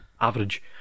average